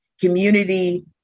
community